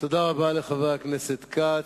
תודה רבה לחבר הכנסת כץ.